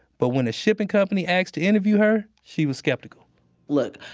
but when a shipping company asked to interview her, she was skeptical look,